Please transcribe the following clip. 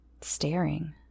staring